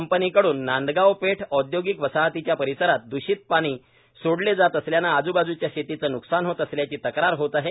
कंपनीकड्रन नांदगावपेठ औद्योगिक वसाहतीच्या परिसरात द्रषित पाणी सोडले जात असल्याने आजूबाजूच्या शेतीचे न्कसान होत असल्याची तक्रार होत आहे